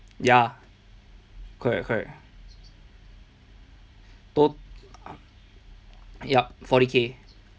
ya correct correct to~ yup forty k